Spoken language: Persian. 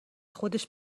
خودش